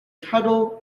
tuttle